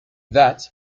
that